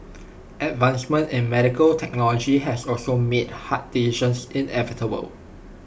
advancements in medical technology has also made hard decisions inevitable